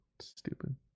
stupid